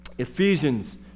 ephesians